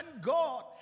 God